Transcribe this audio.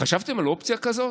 חשבתם על אופציה כזאת?